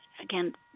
Again